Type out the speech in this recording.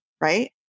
right